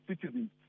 citizens